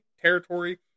territory